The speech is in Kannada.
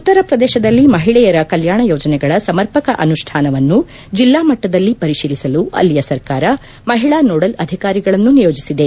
ಉತ್ತರ ಪ್ರದೇಶದಲ್ಲಿ ಮಹಿಳೆಯರ ಕಲ್ಯಾಣ ಯೋಜನೆಗಳ ಸಮರ್ಪಕ ಅನುಷ್ಠಾನವನ್ನು ಜಿಲ್ಲಾ ಮಟ್ಟದಲ್ಲಿ ಪರಿಶೀಲಿಸಲು ಅಲ್ಲಿಯ ಸರ್ಕಾರ ಮಹಿಳಾ ನೋಡಲ್ ಅಧಿಕಾರಿಗಳನ್ನು ನಿಯೋಜಿಸಿದೆ